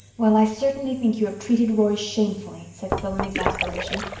well, i certainly think you have treated roy shamefully, said phil in exasperation.